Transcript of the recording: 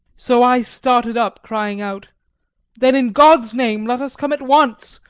so i started up crying out then in god's name let us come at once,